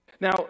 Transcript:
Now